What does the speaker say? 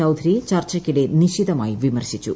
ചൌധരി ചർച്ചയ്ക്കിട്ടെ നിശിതമായി വിമർശിച്ചു